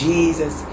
Jesus